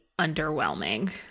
underwhelming